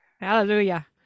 Hallelujah